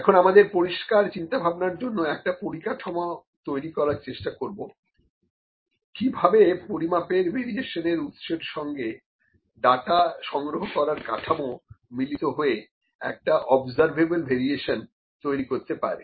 এখন আমরা আমাদের পরিষ্কার চিন্তাভাবনার জন্য একটা পরিকাঠামো তৈরি করার চেষ্টা করবো কিভাবে পরিমাপের ভেরিয়েশনের উৎসের সঙ্গে ডাটা সংগ্রহ করার কাঠামো মিলিত হয়ে একটা অবজারভেবল ভেরিয়েশন তৈরি করতে পারে